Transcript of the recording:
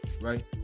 Right